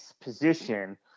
position